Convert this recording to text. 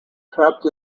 trapped